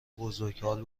بزرگ، هال